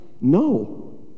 No